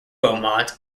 beaumont